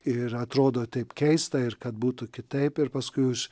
ir atrodo taip keista ir kad būtų kitaip ir paskui už